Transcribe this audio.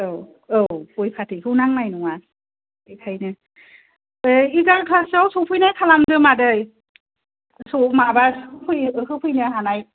औ औ गय फाथैखौ नांनाय नङा बेनिखायनो दे एगार'तासोआव सफैनाय खालामदो मादै माबा होफैयो होफैनो हानाय